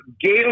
Gail